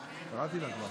נכון, השרה סטרוק?